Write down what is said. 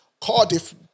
Cardiff